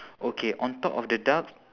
okay on top of the ducks